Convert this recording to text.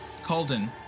Calden